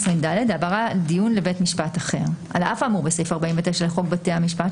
העברת דין לבית 220ד. על אף האמור בסעיף 49 לחוק בתי המשפט,